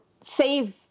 save